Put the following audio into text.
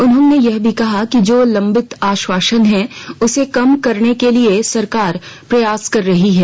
उन्होंने यह भी कहा कि जो लंबित आश्वासन हैं उसे कम करने के लिए सरकार प्रयास कर रही है